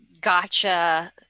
gotcha